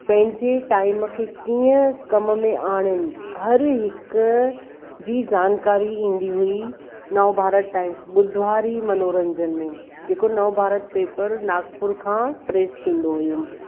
पंहिंजे टाइम खे कीअं कम में आणिनि हर हिकु जी जानकारी ईंदी हुई नव भारत टाइम्स ॿुधवारी मनोरंजन में जेको नव भारत पेपर नागपुर खां प्रेस थींदो हुओ